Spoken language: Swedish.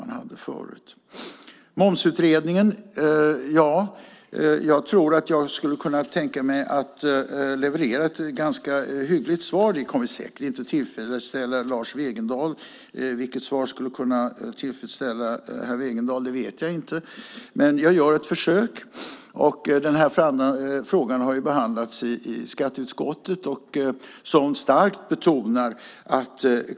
När det gäller momsutredningen skulle jag kunna tänka mig att leverera ett ganska hyggligt svar. Det kommer säkert inte att tillfredsställa Lars Wegendal, men vilket svar som skulle kunna tillfredsställa herr Wegendal vet jag inte. Jag gör dock ett försök. Frågan har behandlats i skatteutskottet.